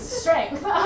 strength